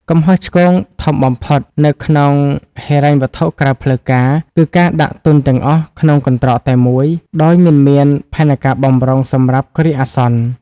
កំហុសឆ្គងធំបំផុតនៅក្នុងហិរញ្ញវត្ថុក្រៅផ្លូវការ គឺការដាក់ទុនទាំងអស់ក្នុង "កន្ត្រកតែមួយ" ដោយមិនមានផែនការបម្រុងសម្រាប់គ្រាអាសន្ន។